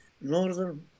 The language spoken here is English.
northern